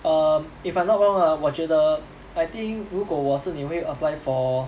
um if I'm not wrong ah 我觉得 I think 如果我是你我会 apply for